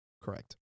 Correct